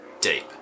deep